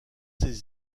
biens